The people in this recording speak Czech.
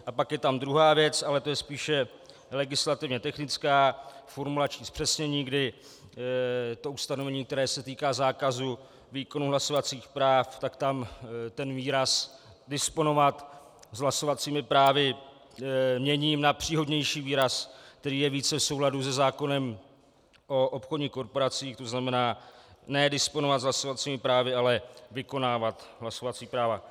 A pak je tam druhá věc, ale to je spíše legislativně technická, formulační zpřesnění, ustanovení, které se týká zákazu výkonu hlasovacích práv, tak tam ten výraz disponovat s hlasovacími právy měním na příhodnější výraz, který je více v souladu se zákonem o obchodních korporacích, tzn. ne disponovat s hlasovacími právy, ale vykonávat hlasovací práva.